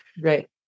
Right